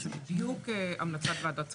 זה בדיוק המלצת ועדת צדוק.